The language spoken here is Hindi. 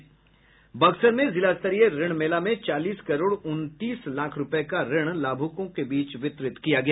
बक्सर में जिलास्तरीय ऋण मेला में चालीस करोड़ उनतीस लाख रूपये का ऋण लाभुकों के बीच वितरित किया गया